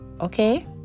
okay